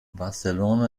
barcelona